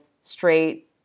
straight